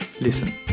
Listen